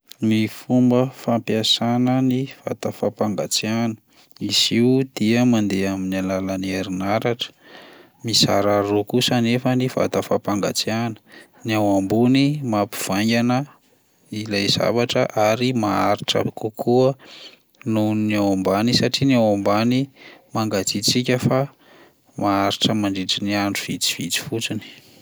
Ny fomba fampiasana ny vata fampangatsiahana: izy io dia mandeha amin'ny alalan'ny herinaratra; mizara roa kosa anefa ny vata fampangatsiahana: ny ao ambony mampivaingana ilay zavatra ary majaritra kokoa noho ny ao ambany satria ny ao ambany mangatsiatsiaka fa maharitry ny andro vitsivitsy fotsiny.